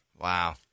Wow